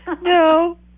No